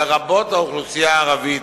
לרבות האוכלוסייה הערבית,